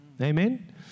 Amen